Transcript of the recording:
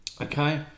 Okay